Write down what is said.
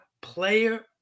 player